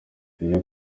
iyo